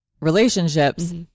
relationships